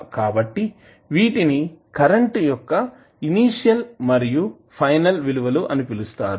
కాబట్టి వీటిని కరెంట్ యొక్క ఇనీషియల్ మరియు ఫైనల్ విలువలు అని పిలుస్తారు